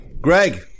Greg